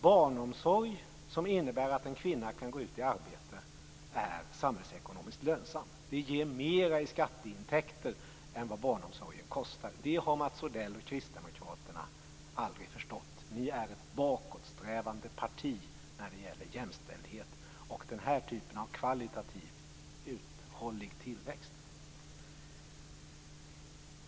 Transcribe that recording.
Barnomsorg som innebär att en kvinna kan gå ut i arbete är samhällsekonomiskt lönsamt. Det ger mer i skatteintäkter än vad barnomsorgen kostar. Det har Mats Odell och kristdemokraterna aldrig förstått. Ni är ett bakåtsträvande parti när det gäller jämställdhet och den här typen av kvalitativ uthållig tillväxt.